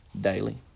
daily